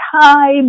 time